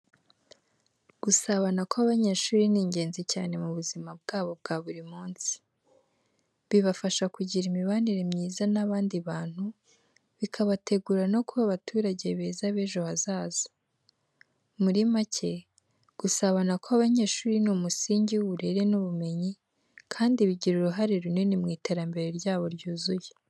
Gusabana kw’abanyeshuri ni ingenzi cyane mu buzima bwabo bwa buri munsi. Bibafasha kugira imibanire myiza n’abandi bantu, bikabategura no kuba abaturage beza b'ejo hazaza. Muri make, gusabana kw’abanyeshuri ni umusingi w’uburere n’ubumenyi, kandi bigira uruhare runini mu iterambere ryabo ryuzuye.